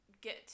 get